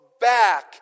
back